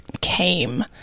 came